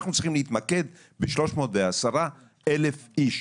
אנחנו צריכים להתמקד ב-310,000 איש.